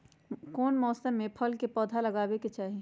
कौन मौसम में फल के पौधा लगाबे के चाहि?